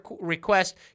request